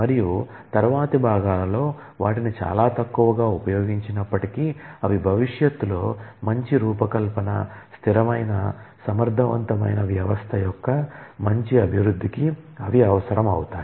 మరియు తరువాతి భాగాలలో వాటిని చాలా తక్కువ గా ఉపయోగించినప్పటికీ అవి భవిష్యత్తులో మంచి రూపకల్పన స్థిరమైన సమర్థవంతమైన వ్యవస్థ యొక్క మంచి అభివృద్ధికి అవి అవసరం అవుతాయి